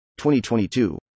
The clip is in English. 2022